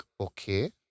Okay